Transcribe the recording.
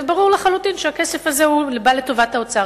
וברור לחלוטין שהכסף הזה בא לטובת האוצר.